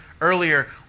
Earlier